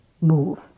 move